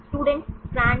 student strand